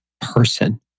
person